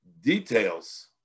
details